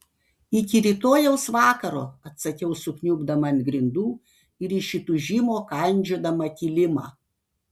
iki rytojaus vakaro atsakiau sukniubdama ant grindų ir iš įtūžimo kandžiodama kilimą